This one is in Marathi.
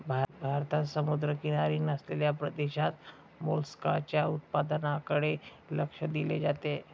भारतात समुद्रकिनारी नसलेल्या प्रदेशात मोलस्काच्या उत्पादनाकडे लक्ष दिले जाते